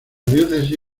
diócesis